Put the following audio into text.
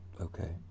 Okay